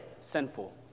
sinful